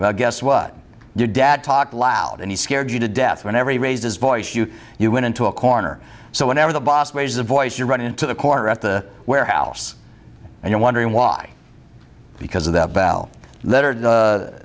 well guess what dad talk loud and he scared you to death whenever he raised his voice you you went into a corner so whenever the boss raises a voice you run into the corner of the warehouse and you're wondering why because of the bell letter t